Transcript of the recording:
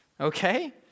Okay